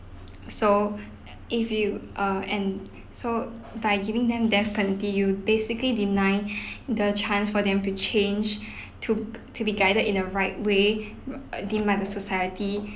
so if you err and so by giving them death penalty you basically deny the chance for them to change to to be guided in the right way err deemed by the society